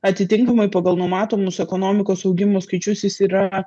atitinkamai pagal numatomus ekonomikos augimo skaičius jis yra